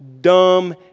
dumb